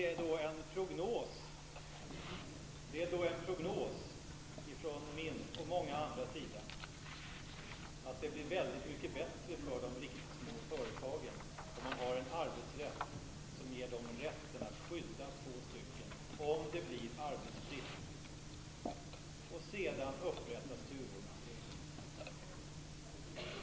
Fru talman! Det är en prognos från min och många andras sida att det blir väldigt mycket bättre för de riktigt små företagen om man har en arbetsrätt som ger dem rätten att skydda två personer om det blir arbetsbrist innan turordningslistan upprättas.